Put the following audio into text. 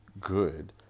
good